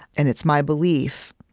and it's my belief,